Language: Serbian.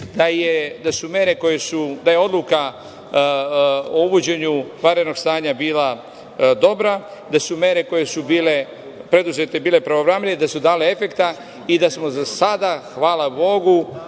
da je odluka o uvođenju vanrednog stanja bila dobra, da su mere koje su bile preduzete bile pravovremene i da su dale efekta i da smo, za sada, hvala Bogu,